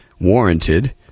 warranted